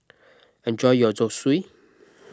enjoy your Zosui